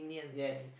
yes